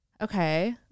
okay